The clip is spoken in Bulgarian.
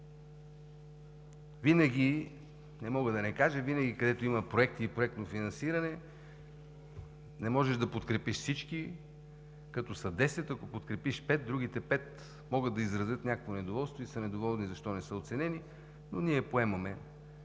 прозрачни. Не мога да не кажа – винаги, където има проекти и проектно финансиране, не можеш да подкрепиш всички, като са десет. Ако подкрепиш пет, другите пет могат да изразят някакво недоволство и са недоволни защо не са оценени, но ние поемаме